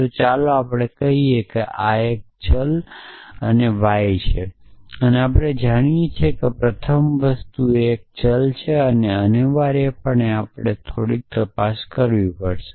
તો ચાલો આપણે કહીએ કે આ એક ચલ અને y છે અને આપણે જાણીએ છીએ કે પ્રથમ વસ્તુ એ ચલ છે અનિવાર્યપણે આપણે થોડીક તપાસ કરવી પડશે